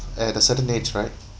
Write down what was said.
at a certain age right